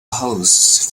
hosts